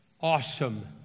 awesome